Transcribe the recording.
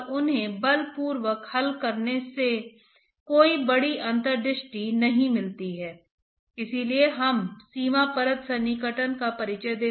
तो थर्मल सीमा परत मोटाई कंसंट्रेशन सीमा परत मोटाई से बड़ी है और यह गति सीमा परत मोटाई से बड़ी है